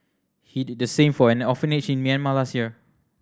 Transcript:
he did the same for an orphanage in Myanmar last year